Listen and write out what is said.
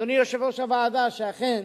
אדוני יושב-ראש הוועדה, שאכן